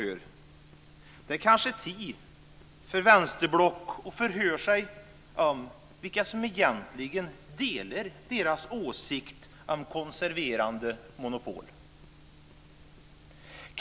Det kanske är tid för vänsterblocket att förhöra sig om vilka som egentligen delar dess åsikt om konserverande av monopolet.